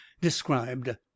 described